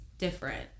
different